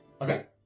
Okay